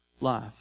life